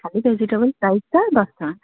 ଖାଲି ଭେଜିଟେବୁଲ୍ ପ୍ରାଇସ୍ଟା ଦଶଟଙ୍କା